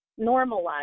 normalize